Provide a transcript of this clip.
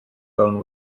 bone